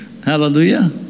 Hallelujah